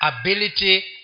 Ability